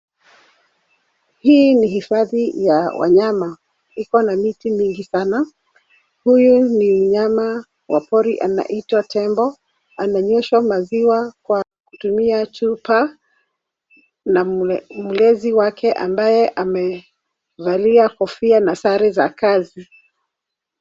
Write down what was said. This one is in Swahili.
Hii ni hifadhi ya wanyama. Iko na miti mingi sana. Huyu ni mnyama wa pori anaitwa tembo. Ananyweshwa maziwa kwa kutumia chupa na mlezi wake ambaye amevalia kofia na sare za kazi.